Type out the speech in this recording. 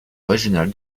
régional